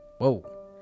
Whoa